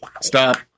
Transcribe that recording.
Stop